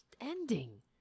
ending